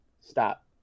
stop